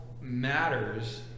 matters